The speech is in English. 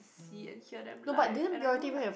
see and hear them live and I know like